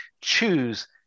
choose